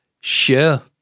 Sure